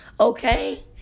Okay